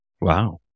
Wow